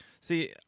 See